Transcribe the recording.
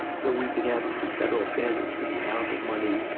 so we began to see federal standards for the amount of money,